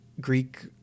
Greek